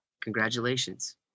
congratulations